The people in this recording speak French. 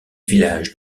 village